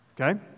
okay